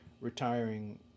retiring